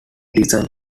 design